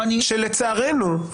שלצערנו,